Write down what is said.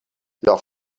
leurs